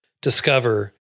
discover